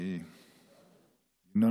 מי אחר כך?